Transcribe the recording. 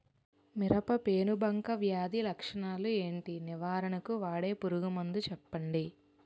మిరప పెనుబంక వ్యాధి లక్షణాలు ఏంటి? నివారణకు వాడే పురుగు మందు చెప్పండీ?